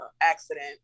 accident